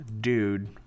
Dude